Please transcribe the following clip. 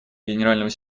генерального